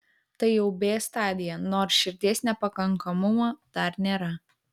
tai jau b stadija nors širdies nepakankamumo dar nėra